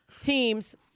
teams